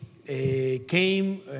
Came